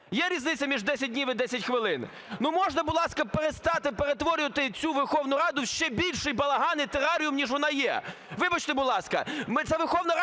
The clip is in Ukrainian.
Є різниця між 10 днів і 10 хвилин?! Ну можна, будь ласка, перестати перетворювати цю Верховну Раду в ще більший балаган і тераріум, ніж вона є? Вибачте, будь ласка, ми – це Верховна Рада